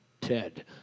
Ted